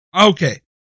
Okay